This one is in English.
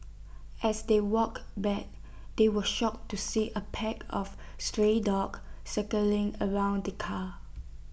as they walked back they were shocked to see A pack of stray dogs circling around the car